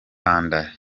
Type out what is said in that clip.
banda